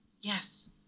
Yes